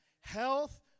health